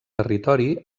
territori